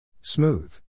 Smooth